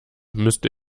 müsste